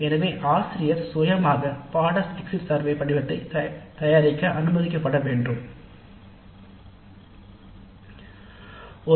எனவே இன்ஸ்டிடியூட் அளவிலான படிவம் ஒரு பாடநெறி எக்ஸிட் சர்வே கணக்கெடுப்பாக பயன்படுத்த ஏற்றதாக இருக்காது